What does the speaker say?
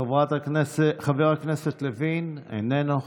חבר הכנסת לוין, איננו.